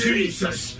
Jesus